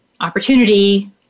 opportunity